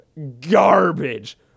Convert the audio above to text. garbage